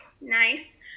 Nice